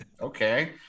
Okay